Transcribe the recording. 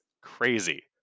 crazy